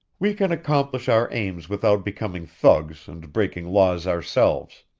we can accomplish our aims without becoming thugs and breaking laws ourselves.